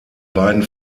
beiden